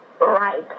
Right